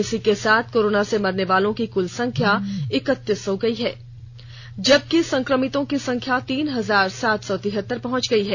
इसी के साथ कोरोना से मरने वालों की कुल संख्या इकतीस हो गई है जबकि संक्रमितों की संख्या तीन हजार सात सौ तिहतर पहुंच गई है